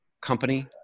company